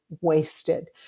wasted